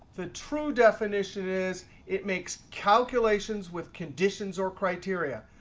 the true definition is it makes calculations with conditions or criteria.